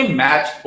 match